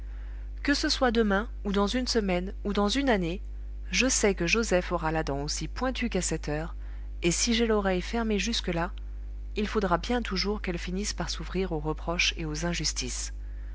que ce soit demain ou dans une semaine ou dans une année je sais que joseph aura la dent aussi pointue qu'à cette heure et si j'ai l'oreille fermée jusque-là il faudra bien toujours qu'elle finisse par s'ouvrir aux reproches et aux injustices